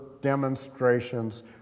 demonstrations